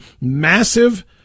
massive